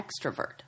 extrovert